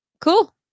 cool